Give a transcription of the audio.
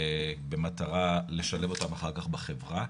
במטרה לשלב אותם אחר כך בחברה,